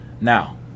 now